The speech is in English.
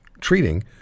treating